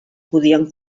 podien